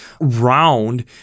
round